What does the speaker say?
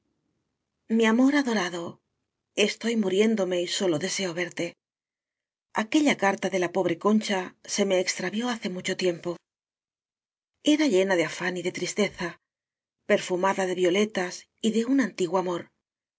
mi amor adorado estoy muriéndome y sólo deseo verte aquella carta de la pobre concha se me extravió hace mucho tiempo era llena de afán y de tristeza perfumada de violetas y de un antiguo amor